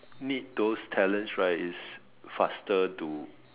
need those talents right is faster to